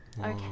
Okay